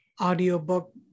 audiobook